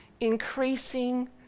Increasing